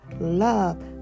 love